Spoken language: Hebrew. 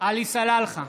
עלי סלאלחה,